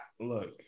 look